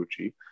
Gucci